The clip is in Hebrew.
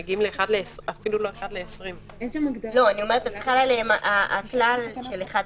מגיעים אפילו לא 20:1. אני אומרת שחל עליהם הכלל של 7:1,